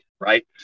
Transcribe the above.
right